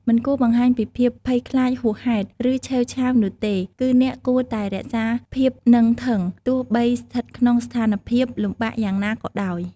មិនគួរបង្ហាញពីភាពភ័យខ្លាចហួសហេតុ ឬ ឆេវឆាវនោះទេ គឺអ្នកគួរតែរក្សាភាពនឹងធឹង ទោះបីស្ថិតក្នុងស្ថានភាពលំបាកយ៉ាងណាក៏ដោយ។